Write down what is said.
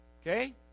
okay